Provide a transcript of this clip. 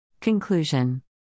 Conclusion